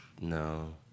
No